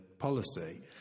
Policy